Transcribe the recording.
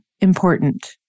important